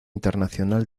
internacional